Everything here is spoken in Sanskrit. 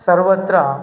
सर्वत्र